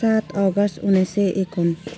सात अगस्त उन्नाइस सय एकाउन